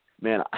man